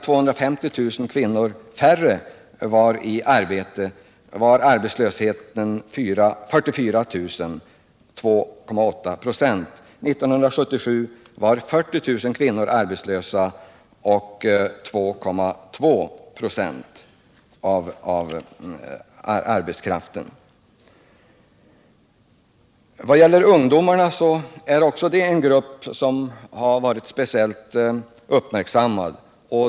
År 1971, Ungdomarnas situation är också något som måste speciellt uppmärksammas.